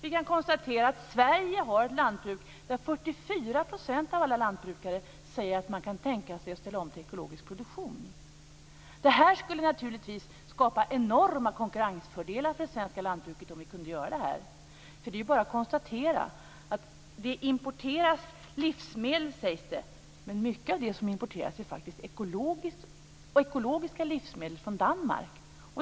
Vi kan konstatera att Sverige har ett lantbruk där 44 % av alla lantbrukare säger att de kan tänka sig att ställa om till ekologisk produktion. Det skulle naturligtvis skapa enorma konkurrensfördelar för det svenska lantbruket om vi kunde göra det. Det är bara att konstatera att det importeras livsmedel, men mycket av det som importeras är ekologiskt odlade livsmedel från Danmark.